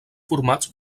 formats